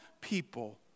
people